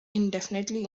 indefinitely